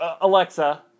Alexa